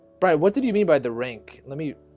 brite what did you mean by the rank? let me?